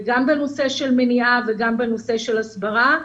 גם בנושא של מניעה וגם בנושא של הסברה.